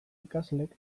ikaslek